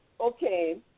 okay